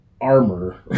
armor